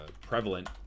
prevalent